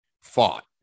fought